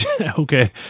Okay